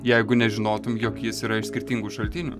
jeigu nežinotum jog jis yra iš skirtingų šaltinių